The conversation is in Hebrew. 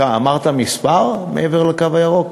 אמרת מספר מעבר לקו הירוק?